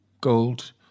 gold